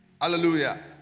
hallelujah